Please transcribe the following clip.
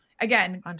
again